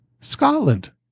Scotland